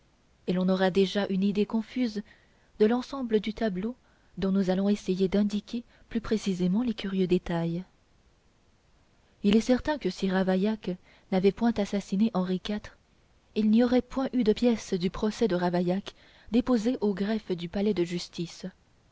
et l'on aura déjà une idée confuse de l'ensemble du tableau dont nous allons essayer d'indiquer plus précisément les curieux détails il est certain que si ravaillac n'avait point assassiné henri iv il n'y aurait point eu de pièces du procès de ravaillac déposées au greffe du palais de justice